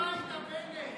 לך הביתה, בנט.